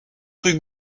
rue